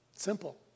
simple